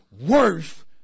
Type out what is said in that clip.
worth